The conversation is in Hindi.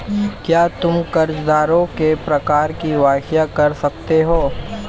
क्या तुम कर्जदारों के प्रकार की व्याख्या कर सकते हो?